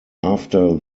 after